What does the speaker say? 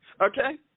Okay